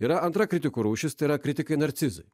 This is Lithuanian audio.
yra antra kritikų rūšis tai yra kritikai narcizai